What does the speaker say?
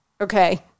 Okay